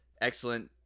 excellent